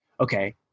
Okay